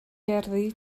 gerddi